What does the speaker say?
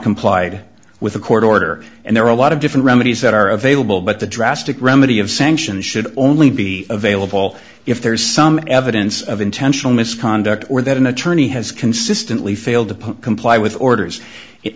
complied with a court order and there are a lot of different remedies that are available but the drastic remedy of sanction should only be available if there is some evidence of intentional misconduct or that an attorney has consistently failed to put comply with orders i